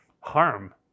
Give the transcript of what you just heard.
harm